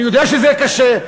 אני יודע שזה קשה,